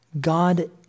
God